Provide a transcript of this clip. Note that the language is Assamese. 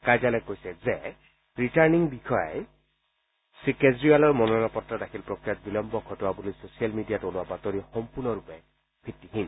কাৰ্যালয়ে কৈছে যে ৰিটাৰ্ণিং বিষয়াই শ্ৰীকেজৰিবালৰ মনোনয়ন পত্ৰ দাখিল প্ৰক্ৰিয়াত বিলম্ব ঘটোৱা বুলি ছচিয়েল মিডিয়াত ওলোৱা বাতৰি সম্পূৰ্ণৰূপে ভিত্তিহীন